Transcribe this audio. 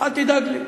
אל תדאג לי.